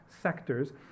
sectors